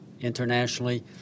Internationally